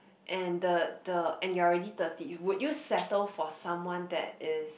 and the the and you're already thirty would you settle for someone that is